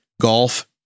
golf